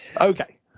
Okay